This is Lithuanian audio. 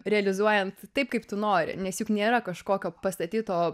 realizuojant taip kaip tu nori nes juk nėra kažkokio pastatyto